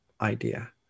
idea